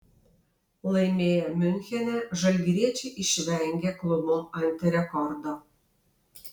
laimėję miunchene žalgiriečiai išvengė klubo antirekordo